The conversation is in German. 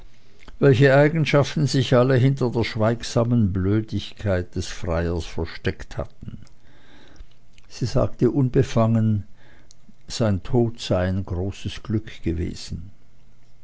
welche eigenschaften sich alle hinter der schweigsamen blödigkeit des freiers versteckt hatten sie sagte unbefangen sein tod sei ein großes glück gewesen